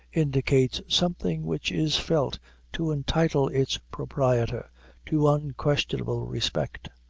indicates something which is felt to entitle its proprietor to unquestionable respect.